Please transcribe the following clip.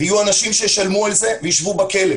יהיו אנשים שישלמו על זה וישבו בכלא.